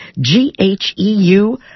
G-H-E-U